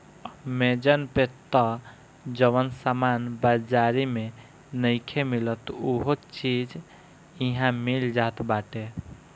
Amazon पे तअ जवन सामान बाजारी में नइखे मिलत उहो चीज इहा मिल जात बाटे